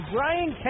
Brian